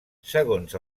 segons